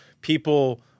People